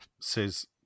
says